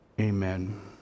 Amen